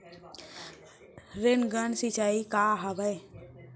Rain gun सिंचाई का हवय?